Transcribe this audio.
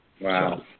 Wow